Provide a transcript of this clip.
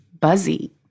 buzzy